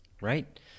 Right